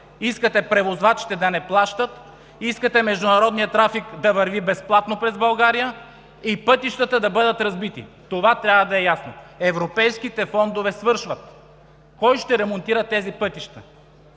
искате превозвачите да не плащат, искате международният трафик да върви безплатно през България и пътищата да бъдат разбити. Това трябва да е ясно! Европейските фондове свършват. Кой ще ремонтира тези пътища?